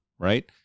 right